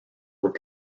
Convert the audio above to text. were